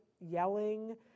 yelling